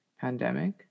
pandemic